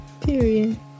Period